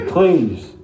Please